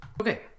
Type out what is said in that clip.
okay